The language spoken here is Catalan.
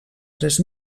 tres